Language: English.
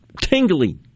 tingly